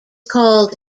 called